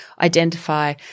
identify